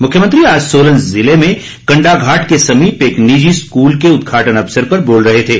मुख्यमंत्री आज सोलन जिले में कंडाघाट के समीप एक निजी स्कूल के उद्घाटन अवसर पर बोल रहे थे